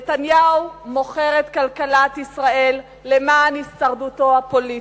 נתניהו מוכר את כלכלת ישראל למען הישרדותו הפוליטית.